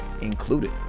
included